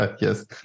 yes